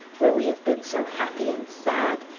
where we have been so happy and sad,